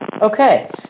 Okay